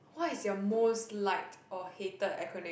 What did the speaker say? what is your most liked or hated acronym